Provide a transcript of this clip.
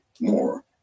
more